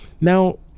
Now